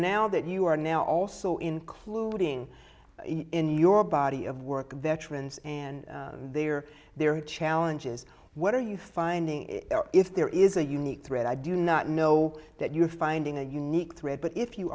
now that you are now also including in your body of work of veterans and they are there are challenges what are you finding if there is as a unique threat i do not know that you are finding a unique threat but if you